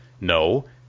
no